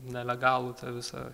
nelegalų tą visą